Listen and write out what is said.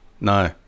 No